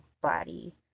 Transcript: body